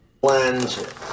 Blend